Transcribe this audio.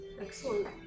Excellent